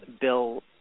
Bill